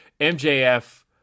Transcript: MJF